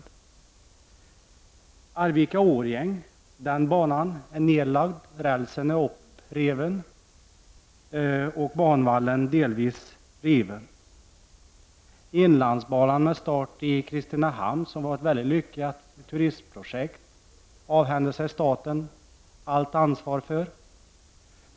Banan Arvika— Årjäng är nedlagd. Rälsen är borttagen och banvallen delvis riven. Inlandsbanan, med start i Kristinehamn, som var ett väldigt lyckat turistprojekt, avhände sig staten allt ansvar för.